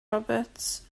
roberts